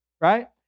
right